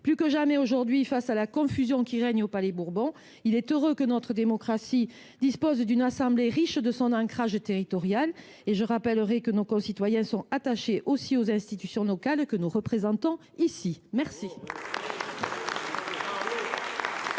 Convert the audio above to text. Plus que jamais, face à la confusion qui règne au Palais Bourbon, il est heureux que notre démocratie dispose d’une assemblée riche de son ancrage territorial. Je rappelle que nos concitoyens sont attachés aux institutions locales que nous représentons ici. Acte